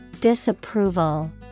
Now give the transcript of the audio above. Disapproval